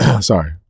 sorry